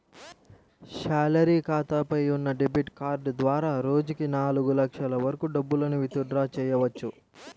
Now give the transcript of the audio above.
salary ఖాతాపై ఉన్న debit card ద్వారా రోజుకి నాలుగు లక్షల వరకు డబ్బులను విత్ డ్రా చెయ్యవచ్చు